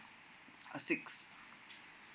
uh six